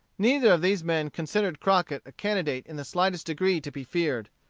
neither of these men considered crockett a candidate in the slightest degree to be feared.